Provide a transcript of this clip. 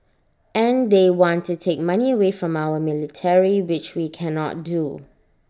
and they want to take money away from our military which we cannot do